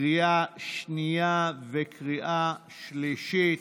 לקריאה שנייה וקריאה שלישית.